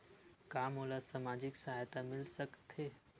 का मोला सामाजिक सहायता मिल सकथे?